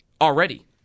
already